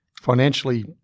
Financially